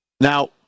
Now